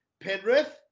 Penrith